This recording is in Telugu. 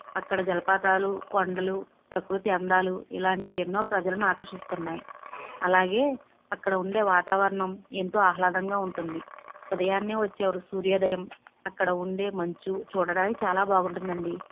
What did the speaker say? అక్కడ జలపాతాలు కొండలు ప్రకృతి అందాలు ఇలాంటివి ఎన్నో ప్రజలను ఆకర్షిస్తున్నాయి అలాగే అక్కడ ఉండే వాతావరణం ఎంతో ఆహ్లాదంగా ఉంటుంది ఉదయాన్నే వచ్చే ఓ సూర్యోదయం అక్కడ ఉండే మంచు చూడడానికి చాలా బాగుంటుందండి